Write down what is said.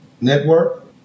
Network